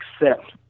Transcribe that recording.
accept